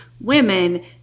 women